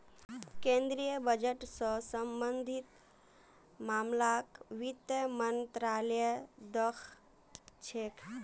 केन्द्रीय बजट स सम्बन्धित मामलाक वित्त मन्त्रालय द ख छेक